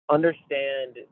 understand